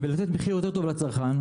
ולתת מחיר יותר טוב לצרכן,